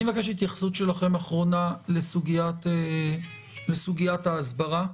אני מבקש התייחסות שלכם אחרונה לסוגיית ההסברה.